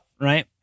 Right